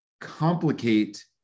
complicate